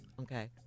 Okay